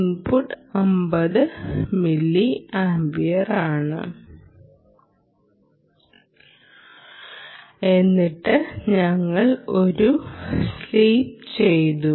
input 50 milli ആമ്പിയറാണ് എന്നിട്ട് ഞങ്ങൾ ഒരു സ്വീപ്പ് ചെയ്തു